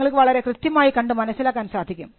നിങ്ങൾക്ക് വളരെ കൃത്യമായി കണ്ട് മനസ്സിലാക്കാൻ സാധിക്കും